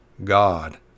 God